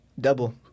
double